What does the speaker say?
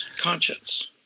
conscience